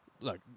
look